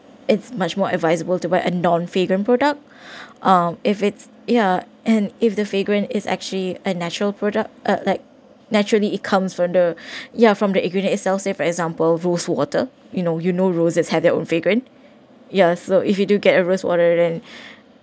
it's much more advisable to buy a non fragrant product uh if it's yeah and if the fragrant is actually a natural product uh like naturally it comes from the ya from the ingredient itself for example rose water you know you know roses have their own fragrant yah so if you do get a rose water then